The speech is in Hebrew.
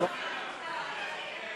לשנת